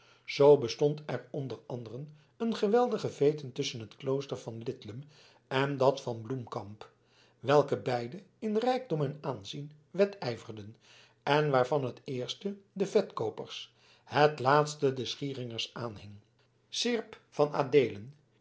zoo bestond er onder anderen een geweldige veete tusschen het klooster van lidlum en dat van bloemkamp welke beide in rijkdom en aanzien wedijverden en waarvan het eerste de vetkoopers het laatste de schieringers aanhing seerp van